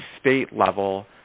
state-level